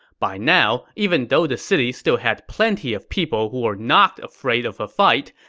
by now, even though the city still had plenty of people who were not afraid of a fight,